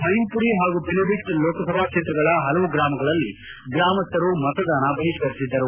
ಮೈನ್ಪುರಿ ಹಾಗೂ ಪಿಲಿಬಿಟ್ ಲೋಕಸಭಾ ಕ್ಷೇತ್ರಗಳ ಹಲವು ಗ್ರಾಮಗಳಲ್ಲಿ ಗ್ರಾಮಸ್ವರು ಮತದಾನ ಬಹಿಷ್ಣರಿಸಿದ್ದರು